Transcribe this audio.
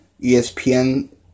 ESPN